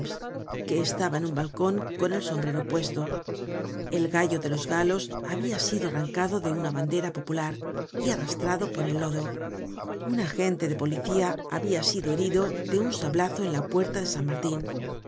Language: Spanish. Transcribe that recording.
que estaba en un balcon con el sombrero puesto el gallo de los galos habia bido arrancado de una bandera popular y arrastrado por el lodo un agente de policía habia sido herido de un sablazo en la puerta de san martin